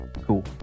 Cool